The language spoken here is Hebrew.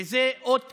וזה אות קין.